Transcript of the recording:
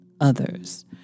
others